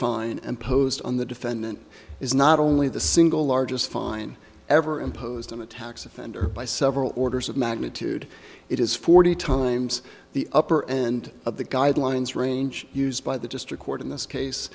and posed on the defendant is not only the single largest fine ever imposed on the tax offender by several orders of magnitude it is forty times the upper end of the guidelines range used by the district court in this case